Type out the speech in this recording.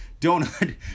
donut